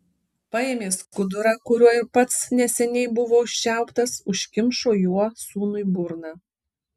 paėmė skudurą kuriuo ir pats neseniai buvo užčiauptas užkimšo juo sūnui burną